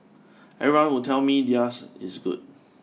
everyone would tell me theirs is good